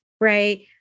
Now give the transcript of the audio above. right